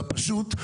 ופשוט,